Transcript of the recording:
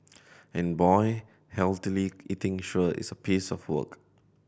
and boy healthily eating sure is a piece of work